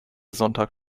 sonntag